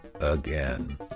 again